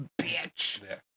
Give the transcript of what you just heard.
bitch